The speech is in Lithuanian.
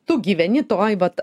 tu gyveni toj vat